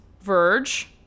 Verge